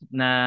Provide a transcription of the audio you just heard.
na